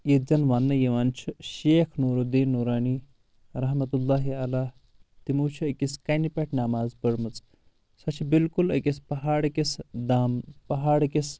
ییٚتہِ زَن وننہٕ یِوان چھُ شیخ نور الدین نورانی رحمتہ اللہ علیٰ تِمو چھِ أکِس کنہِ پٮ۪ٹھ نٮ۪ماز پٔرمٕژ سۄ چھِ بالکُل أکس پہاڑٕ کِس دام پہاڑٕ کِس